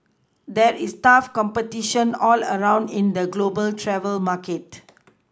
there is tough competition all round in the global travel market